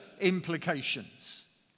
implications